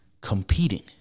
competing